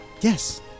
yes